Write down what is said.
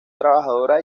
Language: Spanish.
trabajadora